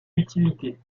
utilité